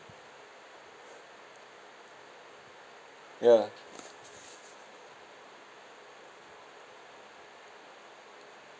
ya